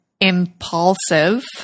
Impulsive